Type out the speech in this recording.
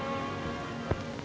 ah